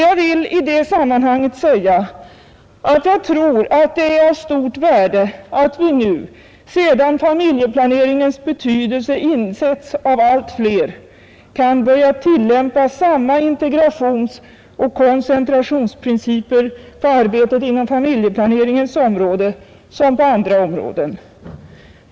Jag vill i detta sammanhang säga att jag tror att det är av stort värde att vi nu, sedan familjeplaneringens betydelse insetts av allt flera, kan börja tillämpa samma integrationsoch koncentrationsprinciper på arbetet inom familjeplaneringens område som på andra områden.